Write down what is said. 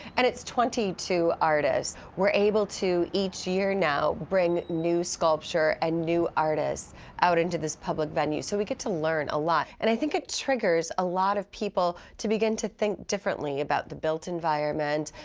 and it's twenty two artists. we're able to, each year now, bring new sculpture and new artists out into this public venue. so we get to learn a lot. and i think it triggers a lot of people to begin to think differently about the built environment,